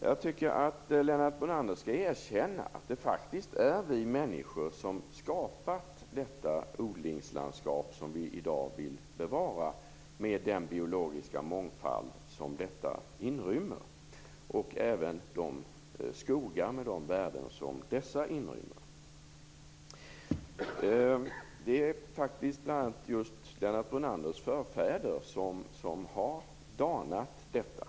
Jag tycker att Lennart Brunander skall erkänna att det faktiskt är vi människor som skapat det odlingslandskap som vi i dag vill bevara, med den biologiska mångfald som detta inrymmer, liksom även de skogar med de värden som dessa inrymmer. Det är bl.a. just Lennart Brunanders förfäder som danat detta.